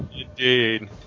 Indeed